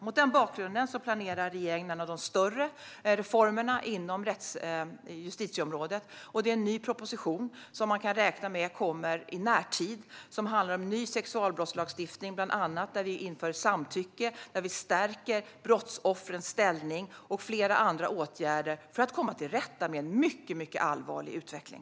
Mot denna bakgrund planerar regeringen en av de större reformerna inom justitieområdet. Man kan räkna med att en ny proposition kommer i närtid, och den handlar om en ny sexualbrottslagstiftning. Bland annat inför vi samtycke. Vi stärker brottsoffrens ställning, och vi vidtar flera andra åtgärder för att komma till rätta med en mycket allvarlig utveckling.